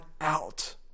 out